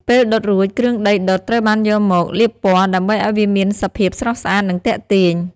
ពេលដុតរួច គ្រឿងដីដុតត្រូវបានយកមក លាបពណ៌ ដើម្បីឲ្យវាមានសភាពស្រស់ស្អាតនិងទាក់ទាញ។